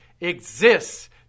exists